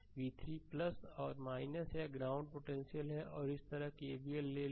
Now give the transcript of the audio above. तो ले लो और यह r v3 है यह ग्राउंड पोटेंशियल है और इस तरह KVL ले लो